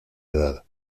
edad